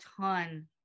ton